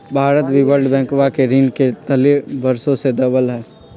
भारत भी वर्ल्ड बैंकवा के ऋण के तले वर्षों से दबल हई